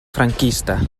franquista